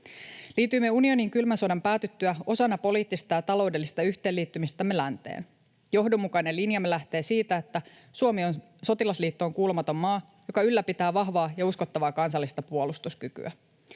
Liityimme unioniin kylmän sodan päätyttyä osana poliittista ja taloudellista yhteenliittymistämme länteen. Johdonmukainen linjamme lähtee siitä, että Suomi on sotilasliittoon kuulumaton maa, joka ylläpitää vahvaa ja uskottavaa kansallista puolustuskykyä.